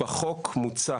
בחוק מוצע